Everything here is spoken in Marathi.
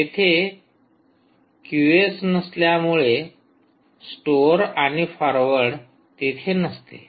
कारण तेथे क्यूएस नसल्यामुळे स्टोअर आणि फारवर्ड तिथे नसते